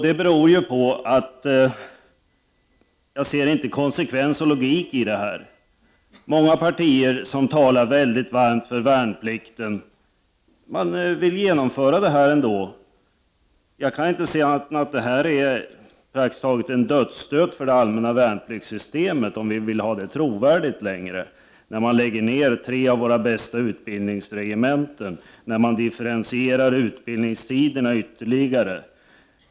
Det beror på att jag inte ser konsekvens och logik i det. Många partier som talar mycket varmt för värnplikten vill ändå genomföra detta förslag. Jag kan inte se annat än att det här praktiskt taget är en dödsstöt för systemet med allmän värnplikt, om vi vill ha det trovärdigt — när man lägger ner tre av våra bästa utbildningsregementen, när man differentierar utbildningstiderna ytterligare.